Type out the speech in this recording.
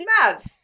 mad